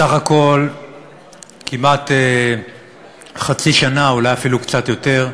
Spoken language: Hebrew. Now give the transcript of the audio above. סך הכול כמעט חצי שנה, אולי אפילו קצת יותר,